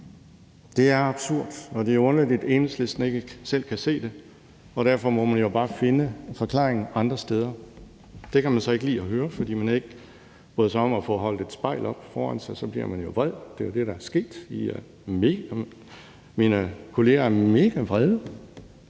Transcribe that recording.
Det er absurd. Og det er underligt, at Enhedslisten ikke selv kan se det, og derfor må man jo bare finde forklaringen andre steder. Det kan man så ikke lide at høre, fordi man ikke bryder sig om at få holdt et spejl op foran sig. Så bliver man jo vred. Det er jo det, der er sket; mine kollegaer er mega vrede.